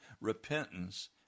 repentance